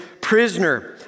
prisoner